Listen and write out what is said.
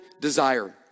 desire